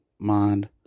mind